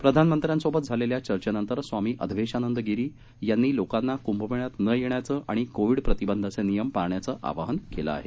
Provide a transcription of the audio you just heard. प्रधानमंत्र्यांसोबत झालेल्या चर्चेनंतर स्वामीअधवेशानंद गिरी यांनी लोकांना कुभमेळ्यात न येण्याचं आणि कोविड प्रतिबंधाचे नियम पाळण्याचं आवाहन केलं आहे